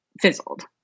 fizzled